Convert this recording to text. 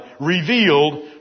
revealed